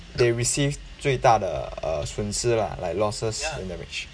they received 最大的 uh 损失 lah like losses in damage